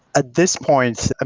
at this point i